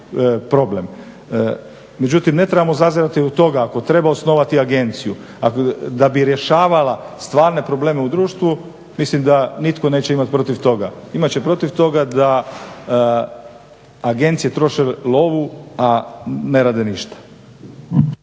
problem. Međutim, ne trebao zazirati od toga ako treba osnovati agenciju da bi rješavala stvarne probleme u društvu mislim da netko neće imat protiv toga. Imat će protiv toga da agencije troše lovu, a ne rade ništa.